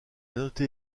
noter